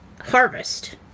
harvest